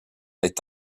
est